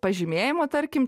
pažymėjimo tarkim